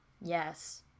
Yes